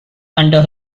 under